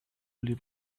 live